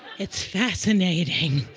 it's fascinating.